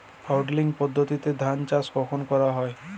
Puddling পদ্ধতিতে ধান চাষ কখন করা হয়?